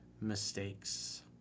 mistakes